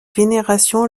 vénération